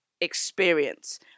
experience